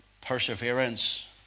perseverance